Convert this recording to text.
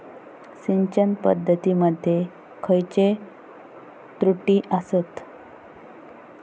सिंचन पद्धती मध्ये खयचे त्रुटी आसत?